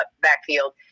backfield